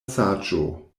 saĝo